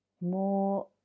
more